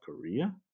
Korea